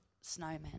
snowman